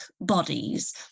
bodies